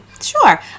Sure